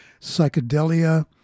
psychedelia